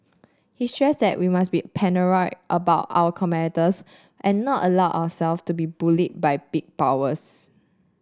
he stressed that we must be paranoid about our competitors and not allow ourselves to be bullied by big powers